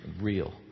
real